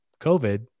COVID